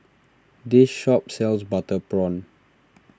this shop sells Butter Prawn